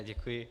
Děkuji.